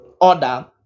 order